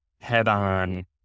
head-on